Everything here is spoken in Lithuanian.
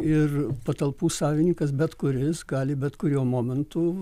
ir patalpų savininkas bet kuris gali bet kuriuo momentu